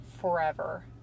forever